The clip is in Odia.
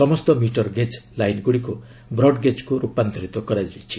ସମସ୍ତ ମିଟର ଗେଜ୍ ଲାଇନ୍ଗୁଡ଼ିକୁ ବ୍ରଡ୍ଗେଜ୍କୁ ରୂପାନ୍ତରିତ କରାଯାଇଛି